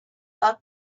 out